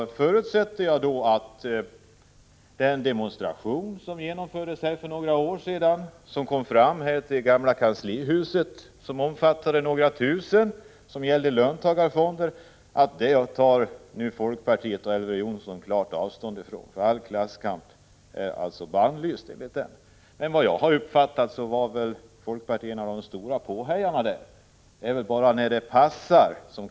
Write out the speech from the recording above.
1985/86:31 förutsätter jag att Elver Jonsson och folkpartiet tar klart avstånd från den — 20 november 1985 demonstration som genomfördes här för några år sedan, som stannade vid HH det gamla kanslihuset, som omfattade några tusen människor och som gällde löntagarfonderna. All klasskamp skall ju vara bannlyst. Enligt min uppfattning var folkpartiet en av de stora påhejarna vid den demonstrationen.